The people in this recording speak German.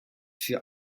für